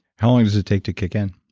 how long does it take to kick in?